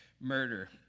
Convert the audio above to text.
murder